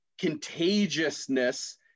contagiousness